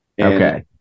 Okay